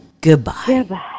Goodbye